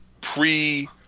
pre-